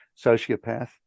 sociopath